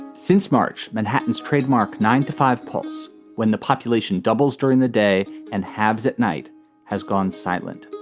since march. manhattan's trademark. nine to five pulse when the population doubles during the day and has at night has gone silent.